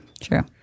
True